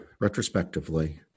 retrospectively